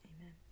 Amen